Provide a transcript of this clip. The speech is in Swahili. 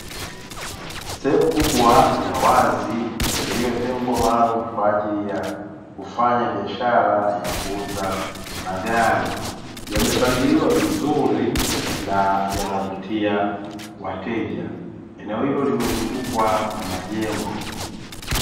Sehemu kubwa ya wazi iliyotengwa maalumu kwa ajili ya kufanya biashara ya kuuza magari, yamepangiliwa vizuri na yanavutia wateja, eneo hilo limezungukwa na majengo.